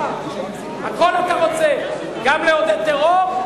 הכול אתה רוצה, גם לעודד טרור?